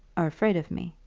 are afraid of me.